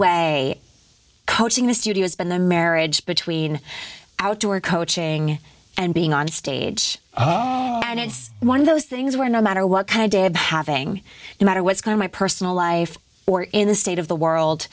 way coaching the studio's been the marriage between outdoor coaching and being on stage and it's one of those things where no matter what kind of dad having no matter what's going my personal life or in the state of the world